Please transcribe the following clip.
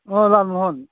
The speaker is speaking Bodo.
अ लालमहन